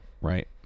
Right